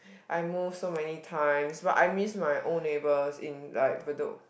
I move so many times but I miss my old neighbors in like Bedok